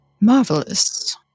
marvelous